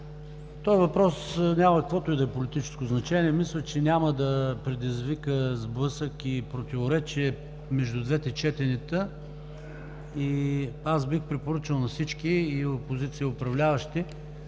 Този въпрос няма каквото и да е политическо значение. Мисля, че няма да предизвика сблъсък и противоречие между двете четения. Бих препоръчал на всички – и опозиция, и управляващи,